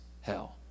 hell